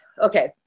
okay